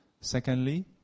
secondly